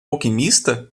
alquimista